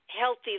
healthy